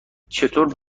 چطور